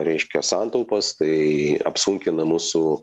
reiškia santaupos tai apsunkina mūsų